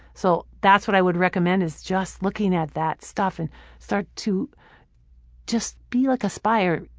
so that's what i would recommend is just looking at that stuff and start to just be like a spy, or.